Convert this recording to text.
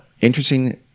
interesting